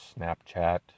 Snapchat